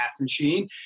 machine